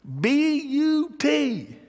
B-U-T